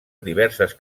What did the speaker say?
diverses